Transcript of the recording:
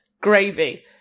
gravy